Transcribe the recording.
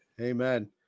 Amen